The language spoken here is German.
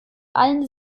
allen